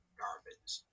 garbage